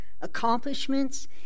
accomplishments